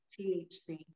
THC